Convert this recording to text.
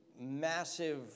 massive